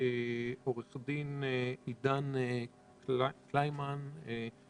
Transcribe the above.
עורך דין עידן קלימן,